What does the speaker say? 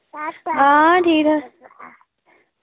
आं ठीक अ